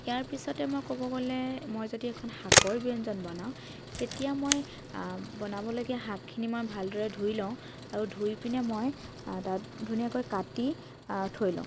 ইয়াৰ পিছতে মই ক'ব গ'লে মই যদি এখন শাকৰ ব্যঞ্জন বনাও তেতিয়া মই বনাবলগীয়া শাকখিনি মই ভালদৰে ধুই লওঁ আৰু ধুইপিনে মই তাত ধুনীয়াকৈ কাটি থৈ লওঁ